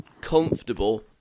comfortable